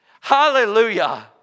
hallelujah